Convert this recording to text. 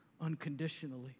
unconditionally